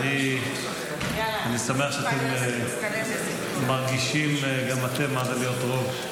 אני שמח שגם אתם מרגישים מה זה להיות רוב.